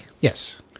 yes